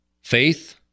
faith